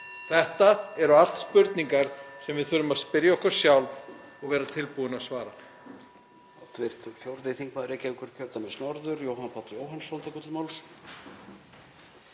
Þetta eru allt spurningar sem við þurfum að spyrja okkur sjálf og vera tilbúin að svara.